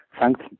thanks